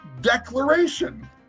Declaration